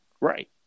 right